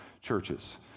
Churches